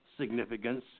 significance